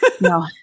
No